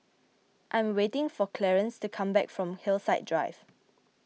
I am waiting for Clarnce to come back from Hillside Drive